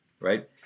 right